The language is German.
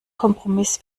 kompromiss